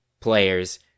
players